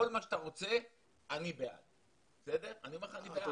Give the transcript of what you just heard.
כל מה שאתה רוצה אני בעד, אני אומר לך שאני בעד.